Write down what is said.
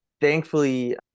Thankfully